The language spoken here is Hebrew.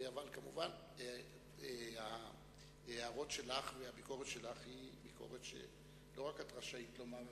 אבל כמובן ההערות שלך והביקורת שלך היא ביקורת שלא רק שאת רשאית לומר,